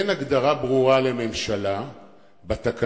אין הגדרה ברורה לממשלה בתקנון,